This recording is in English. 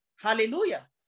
hallelujah